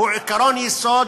הוא עקרון יסוד,